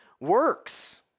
works